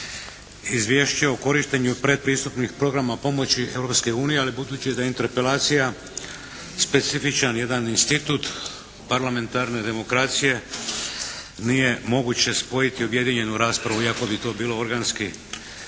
Izvješće o korištenju predpristupnih programa pomoći Europske unije, ali budući da je Interpelacija specifičan jedan institut parlamentarne demokracije nije moguće spojiti objedinjenu raspravu, iako bi bilo to organski